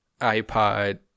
iPod